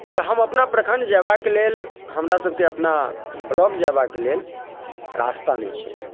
तऽ हम अपना प्रखण्ड जयबाक लेल हमरासभके अपना ब्लॉक जयबाक लेल रास्ता नहि छै